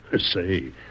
Say